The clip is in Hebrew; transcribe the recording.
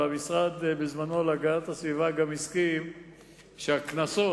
והמשרד להגנת הסביבה גם הסכים שהקנסות